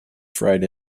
freight